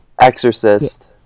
Exorcist